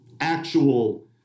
actual